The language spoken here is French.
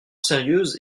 sérieuse